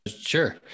Sure